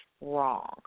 wrong